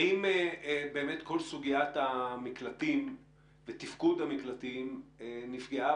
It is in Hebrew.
האם כל סוגיית המקלטים ותפקוד המקלטים נפגעה